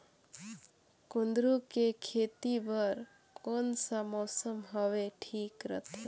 कुंदूरु के खेती बर कौन सा मौसम हवे ठीक रथे?